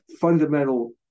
fundamental